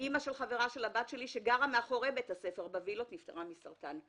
אימא של חברה של הבת שלי שגרה מאחורי בית הספר בווילות נפטרה מסרטן.